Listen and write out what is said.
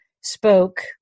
spoke